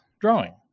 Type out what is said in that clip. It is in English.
drawing